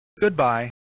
Goodbye